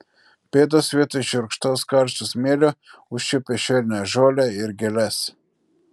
pėdos vietoj šiurkštaus karšto smėlio užčiuopė švelnią žolę ir gėles